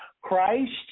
Christ